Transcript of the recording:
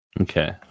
Okay